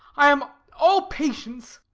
i am all patience.